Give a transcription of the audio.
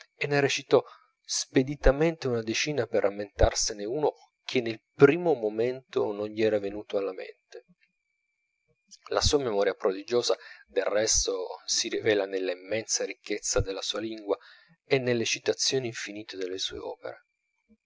e ne recitò speditamente una decina per rammentarsene uno che nel primo momento non gli era venuto alla mente la sua memoria prodigiosa del resto si rivela nella immensa ricchezza della sua lingua e nelle citazioni infinite delle sue opere